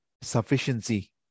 sufficiency